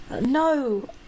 No